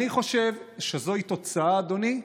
אני חושב, אדוני,